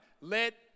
Let